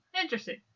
Interesting